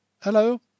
Hello